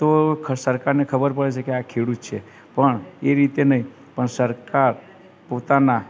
તો સરકારને ખબર પડે છે કે આ ખેડૂત છે પણ એ રીતે નહીં પણ સરકાર પોતાના